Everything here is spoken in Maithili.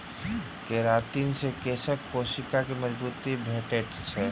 केरातिन से केशक कोशिका के मजबूती भेटैत अछि